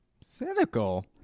Cynical